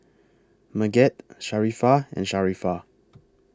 Megat Sharifah and Sharifah